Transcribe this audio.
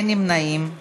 את